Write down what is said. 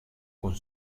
con